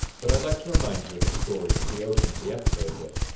but i'd like to remind you of the story that we opened the episode with,